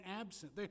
absent